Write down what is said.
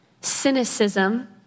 cynicism